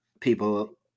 people